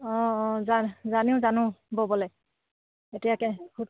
অঁ অঁ জানিও জানো ব'বলে